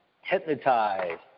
hypnotized